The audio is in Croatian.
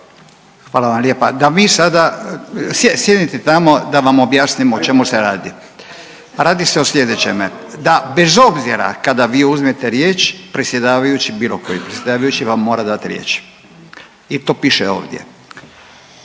Hvala vam lijepa. A mi sada, sjednite tamo da vam objasnim o čemu se radi. Radi se o slijedećem da bez obzira kada vi uzmete riječ predsjedavajući, bilo koji predsjedavajući vam mora dat riječ i to piše ovdje,